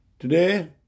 Today